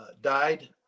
died